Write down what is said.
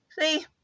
See